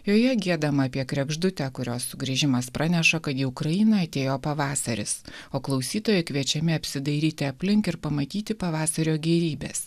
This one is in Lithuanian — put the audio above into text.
joje giedama apie kregždutę kurios sugrįžimas praneša kad į ukrainą atėjo pavasaris o klausytojai kviečiami apsidairyti aplink ir pamatyti pavasario gėrybes